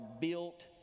built